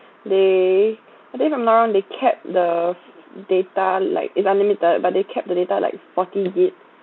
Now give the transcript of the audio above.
they like if I'm not wrong they capped the data like it's unlimited but they cap the data like forty gig~